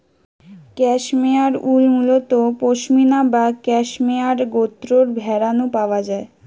cashmere wool মুলত পসমিনা বা cashmere গোত্রর ভেড়া নু পাওয়া যায়